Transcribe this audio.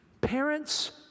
parents